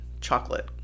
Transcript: chocolate